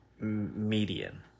Median